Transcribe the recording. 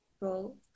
role